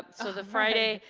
ah so the friday,